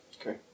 Okay